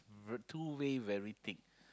very too way very thick